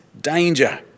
danger